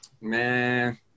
Man